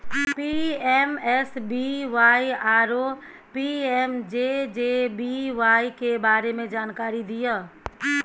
PMSBY आरो PMJJBY के बारे मे जानकारी दिय?